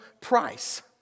price